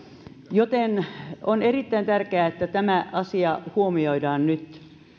joten on erittäin tärkeää että asia huomioidaan nyt